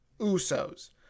Uso's